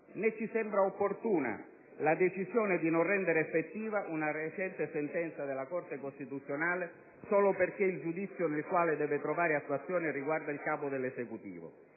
Né ci sembra opportuna la decisione di non rendere effettiva una recente sentenza della Corte costituzionale, solo perché il giudizio nel quale deve trovare attuazione riguarda il Capo dell'Esecutivo.